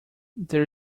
there